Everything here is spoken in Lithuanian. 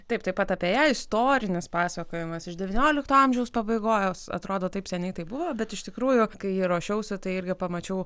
taip taip pat apie ją istorinis pasakojimas iš devyniolikto amžiaus pabaigos atrodo taip seniai tai buvo bet iš tikrųjų kai ruošiausi tai irgi pamačiau